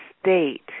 state